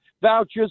vouchers